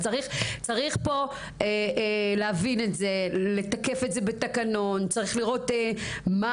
צריך להבין את זה, לתקף את זה בתקנון, לראות מה